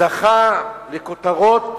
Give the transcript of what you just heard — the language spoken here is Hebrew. זכה לכותרות